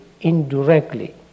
indirectly